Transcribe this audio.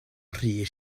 rhy